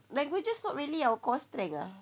languages not really our core strength ah